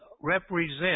represent